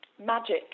Magic